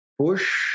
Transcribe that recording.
push